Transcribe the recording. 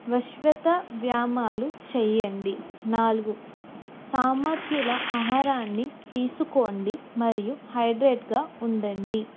వశ్యత వ్యాయామాలు చేయండి నాలుగు సమతుల్య ఆహారాన్ని తీసుకోండి మరియు హైడ్రేట్గా ఉండండి